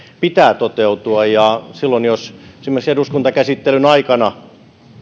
pitää toteutua jos esimerkiksi eduskuntakäsittelyn aikana